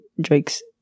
Drake's